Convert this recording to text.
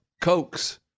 Cokes